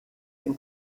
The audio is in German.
den